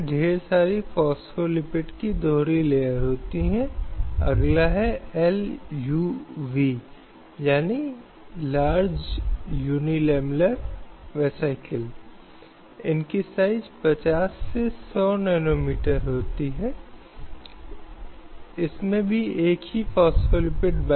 ऐसा ही हाल लता सिंह बनाम यूपी राज्य का था 2006 में जो अपनी पसंद के व्यक्ति से शादी करने के लिए आगे चलकर बाद में जिस पति के साथ उसने शादी की उसके खिलाफ अपहरण का मामला बनाया गया और परिवार द्वारा उस लड़की की पिटाई भी की गई